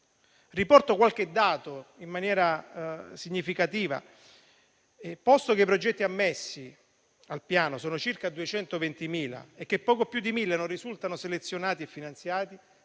Riporto qualche dato in maniera significativa. Posto che i progetti ammessi al Piano sono circa 220.000 e che poco più di 1.000 non risultano selezionati e finanziati,